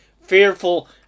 fearful